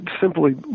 simply